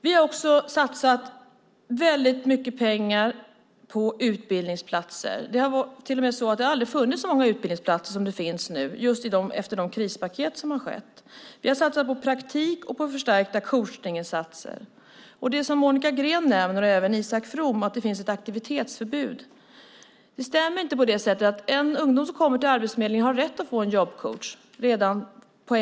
Vi har också satsat mycket pengar på utbildningsplatser. Det har aldrig funnits så många utbildningsplatser som nu efter de krispaket som har genomförts. Vi har satsat på praktik och på förstärkta coachningsinsatser. Monica Green och Isak From nämner att det finns ett aktivitetsförbud. Det stämmer inte. En ungdom som kommer till Arbetsförmedlingen har rätt att få en jobbcoach på en gång.